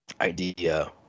idea